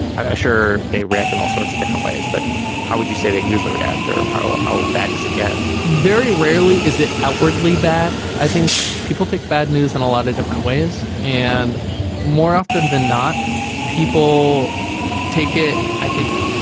sure they react in all sorts different ways. but how would you say that usually reactor how ah how ah bad does it get very rarely is it outwardly bad. i think people take bad news and a lot of different ways and more often than not people take it i think.